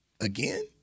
Again